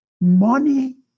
Money